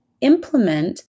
implement